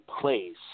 place